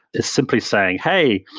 is simply saying, hey,